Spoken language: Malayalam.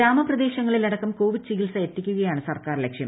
ഗ്രാമപ്രദേശങ്ങളിൽ അടക്കം കോവിഡ് ചികിത്സ എത്തിക്കുകയാണ് സർക്കാർ ലക്ഷ്യം